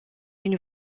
une